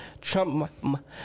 trump